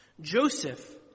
Joseph